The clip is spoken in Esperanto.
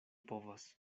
povas